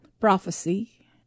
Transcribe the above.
prophecy